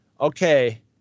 okay